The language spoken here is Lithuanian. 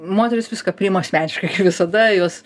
moterys viską priima asmeniškai kaip visada jos